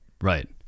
Right